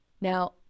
Now